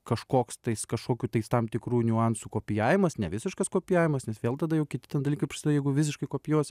kažkoks tais kažkokių tais tam tikrų niuansų kopijavimas ne visiškas kopijavimas nes vėl tada jau kiti ten dalykai prasideda jeigu visiškai kopijuosi